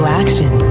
action